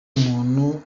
umuntu